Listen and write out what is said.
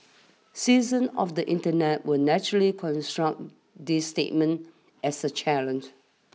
citizens of the internet will naturally construe this statement as a challenge